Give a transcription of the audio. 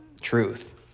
truth